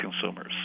consumers